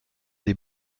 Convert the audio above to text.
des